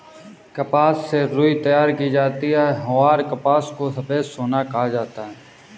कपास से रुई तैयार की जाती हैंऔर कपास को सफेद सोना कहा जाता हैं